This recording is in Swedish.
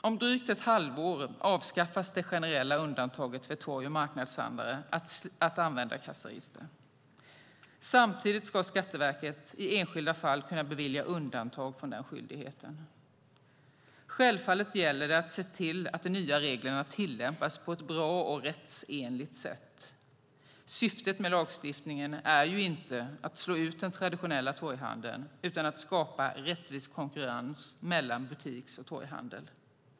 Om drygt ett halvår avskaffas det generella undantaget från skyldigheten att använda kassaregister för torg och marknadshandlare. Samtidigt ska Skatteverket i enskilda fall kunna bevilja undantag från den skyldigheten. Självfallet gäller det att se till att de nya reglerna tillämpas på ett bra och rättsenligt sätt. Syftet med lagstiftningen är ju inte att slå ut den traditionella torghandeln utan att skapa rättvis konkurrens mellan butiks och torghandel.